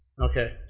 Okay